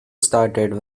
started